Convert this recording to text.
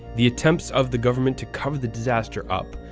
the attempts of the government to cover the disaster up,